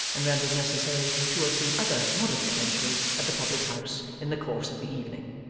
and rendered necessary two or three other modest quenchers at the public-house in the course of the evening.